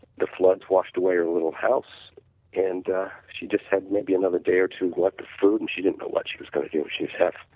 the flood flushed away her little house and she just had maybe another day or two left with food and she didn't know what she was going to do she